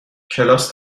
کلاس